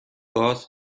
گاز